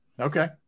Okay